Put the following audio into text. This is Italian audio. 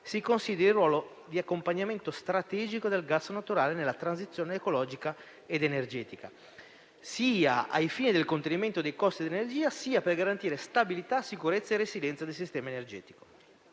si consideri il ruolo di accompagnamento strategico del gas naturale nella transizione ecologica ed energetica, sia ai fini del contenimento dei costi dell'energia, sia per garantire stabilità, sicurezza e resilienza del sistema energetico.